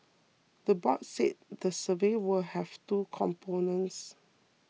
the board said the survey will have two components